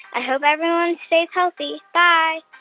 i hope everyone stays healthy. bye